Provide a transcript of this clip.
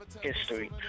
history